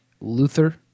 Luther